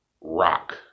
rock